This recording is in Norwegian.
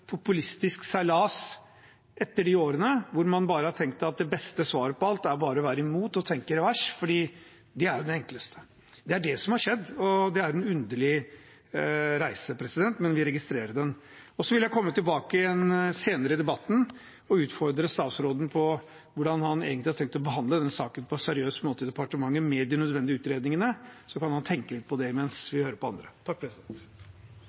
populistisk seilas etter de årene, hvor man har tenkt at det beste svaret på alt er bare å være imot og tenke i revers, fordi det er det enkleste. Det er det som har skjedd, og det er en underlig reise, men vi registrerer den. Jeg vil komme tilbake senere i debatten og utfordre statsråden på hvordan han egentlig har tenkt å behandle denne saken på en seriøs måte i departementet, med de nødvendige utredningene. Så kan han tenke litt på det mens